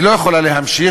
היא לא יכולה להמשיך.